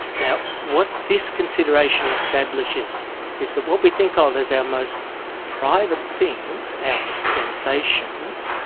now, what this consideration establishes is that what we think of as our most private things, our sensations,